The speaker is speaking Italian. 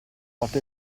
morto